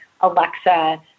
Alexa